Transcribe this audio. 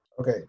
Okay